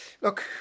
Look